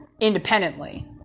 independently